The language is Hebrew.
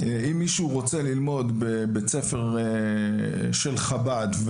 אם מישהו רוצה ללמוד בבית ספר של חב"ד,